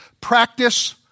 practice